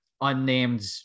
unnamed